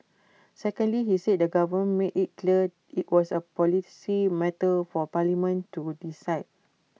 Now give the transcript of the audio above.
secondly he said the government made IT clear IT was A policy matter for parliament to decide